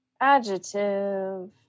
Adjective